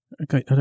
okay